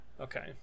okay